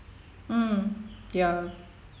mm ya